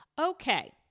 Okay